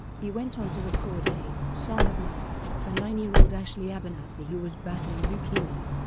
he went on to record a song of love for nine year old ashley abernathy who was battling leukemia.